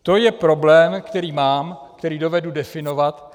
To je problém, který mám, který dovedu definovat.